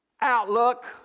outlook